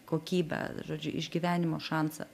kokybę žodžiu išgyvenimo šansą